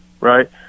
right